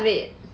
wait